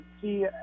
see